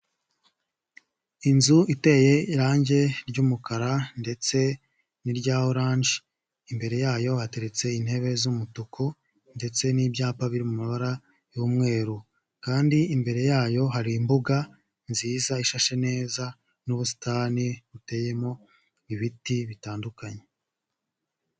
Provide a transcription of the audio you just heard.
Inzu iteye irange ry'umukara ndetse n'irya oranje, imbere yayo hateretse intebe z'umutuku ndetse n'ibyapa biri mu mabara y'umweru, kandi imbere yayo hari imbuga nziza ishashe neza n'ubusitani buteyemo ibiti bitandukanye.